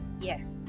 Yes